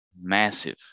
Massive